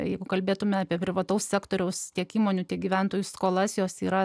jeigu kalbėtumėme apie privataus sektoriaus tiek įmonių tiek gyventojų skolas jos yra